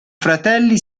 fratelli